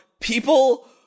people